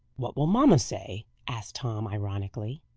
what will mamma say? asked tom, ironically.